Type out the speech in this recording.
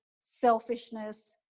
selfishness